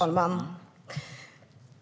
Herr talman!